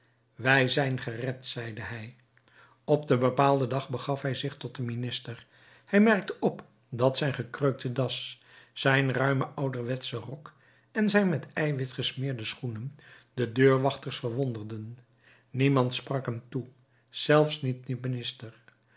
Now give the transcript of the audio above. wij zijn gered zeide hij op den bepaalden dag begaf hij zich tot den minister hij merkte op dat zijn gekreukte das zijn ruime ouderwetsche rok en zijn met eiwit gesmeerde schoenen de deurwachters verwonderden niemand sprak hem toe zelfs niet de